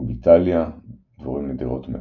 Cubitalia – דבורים נדירות מאוד.